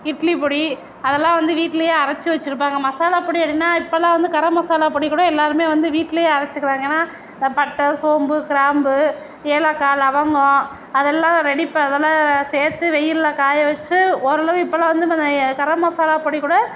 இட்லி பொடி அதெல்லாம் வந்து வீட்லேயே அரைச்சி வெச்சுருப்பாங்க மசாலா பொடி எப்படின்னா இப்பலாம் வந்து கரம் மசாலா பொடிக்கூட எல்லோருமே வந்து வீட்லேயே அரைச்சிக்கிறாங்க ஏன்னா இந்த பட்டை சோம்பு கிராம்பு ஏலக்காய் லவங்கம் அதெல்லாம் ரெடி அதெல்லாம் சேர்த்து வெயிலில் காய வெச்சு ஓரளவு இப்பலாம் வந்து கரம் மசாலா பொடிக்கூட